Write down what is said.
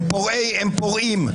הם פורעים.